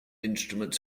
instruments